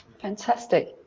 Fantastic